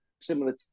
similar